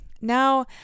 Now